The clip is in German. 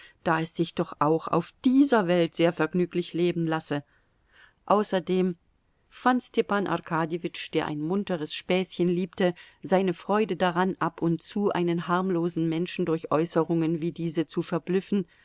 da es sich doch auch auf dieser welt sehr vergnüglich leben lasse außerdem fand stepan arkadjewitsch der ein munteres späßchen liebte seine freude daran ab und zu einen harmlosen menschen durch äußerungen wie diese zu verblüffen